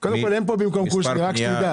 מי נגד?